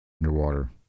underwater